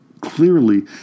clearly